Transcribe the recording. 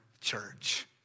church